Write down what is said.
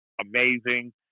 amazing